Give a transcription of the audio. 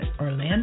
Orlando